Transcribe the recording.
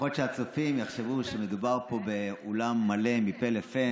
לפחות שהצופים יחשבו שמדובר פה באולם מלא מפה לפה.